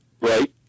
right